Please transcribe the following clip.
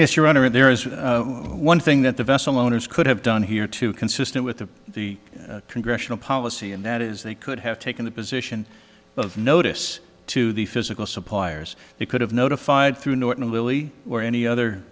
yes your honor there is one thing that the vessel owners could have done here to consistent with the the congressional policy and that is they could have taken the position of notice to the physical suppliers they could have notified through norton of lily or any other